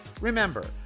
Remember